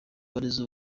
burezi